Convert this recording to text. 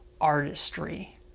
artistry